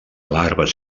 larves